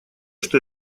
что